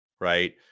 right